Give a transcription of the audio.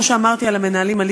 כמו שאמרתי על המנהלים,